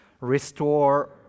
Restore